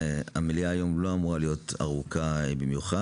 המליאה היום לא אמורה להיות ארוכה במיוחד,